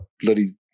bloody